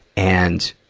and,